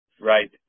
Right